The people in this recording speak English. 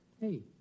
Hey